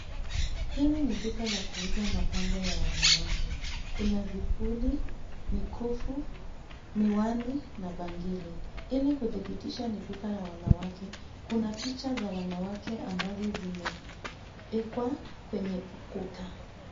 Hili ni duka la kuuza mapambo ya wanawake. Kuna vipuli, mikufu, miwani na bangili. Ili kudhibitisha ni duka la wanawake, kuna picha za wanawake ambazo zimewekwa kwenye ukuta.